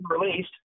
released